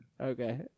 Okay